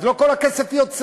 אז לא כל הכסף יוצא.